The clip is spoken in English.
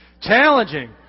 Challenging